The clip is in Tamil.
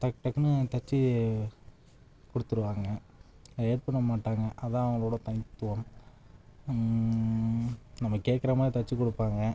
டக் டக்குனு தைச்சு கொடுத்துருவாங்க லேட் பண்ண மாட்டாங்க அதுதான் அவங்களோட தனித்துவம் நம்ம கேட்குற மாதிரி தைச்சு கொடுப்பாங்க